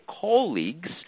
colleagues